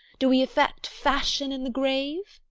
do we affect fashion in the grave?